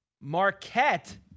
Marquette